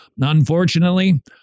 Unfortunately